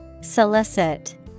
Solicit